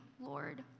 Lord